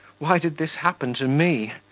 why did this happen to me?